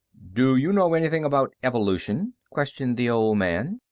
do you know anything about evolution? questioned the old man.